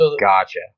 Gotcha